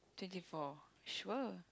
twenty four sure